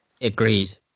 Agreed